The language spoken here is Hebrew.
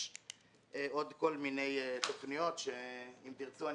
יש עוד כל מיני תוכניות שאם תרצו,